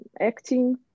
acting